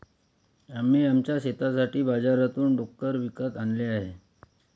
आम्ही आमच्या शेतासाठी बाजारातून डुक्कर विकत आणले आहेत